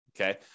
okay